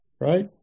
right